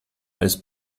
als